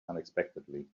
unexpectedly